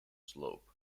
slope